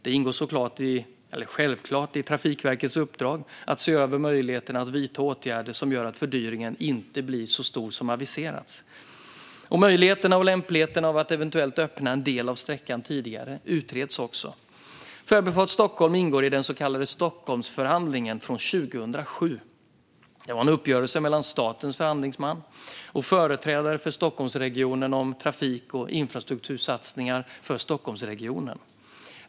Det ingår självklart i Trafikverkets uppdrag att se över möjligheterna att vidta åtgärder som gör att fördyringen inte blir så stor som aviserats. Möjligheten och lämpligheten av att eventuellt öppna en del av sträckan tidigare utreds också. Förbifart Stockholm ingår i den så kallade Stockholmsförhandlingen från 2007. Det var en uppgörelse mellan statens förhandlingsman och företrädare för Stockholmsregionen om trafik och infrastruktursatsningar för Stockholmsregionen.